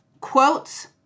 quotes